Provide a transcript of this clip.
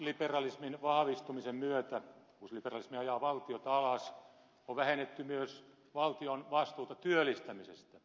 uusliberalismin vahvistumisen myötä uusliberalismi ajaa valtiota alas on vähennetty myös valtion vastuuta työllistämisestä